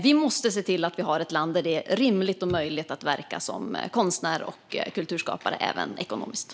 Vi måste se till att Sverige är ett land där det är rimligt och möjligt att verka som konstnär och kulturskapare även ekonomiskt.